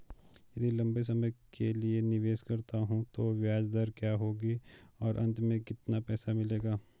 यदि लंबे समय के लिए निवेश करता हूँ तो ब्याज दर क्या होगी और अंत में कितना पैसा मिलेगा?